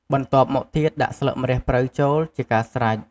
បន្ទាប់មកទៀតដាក់ស្លឹកម្រះព្រៅចូល ជាការស្រេច។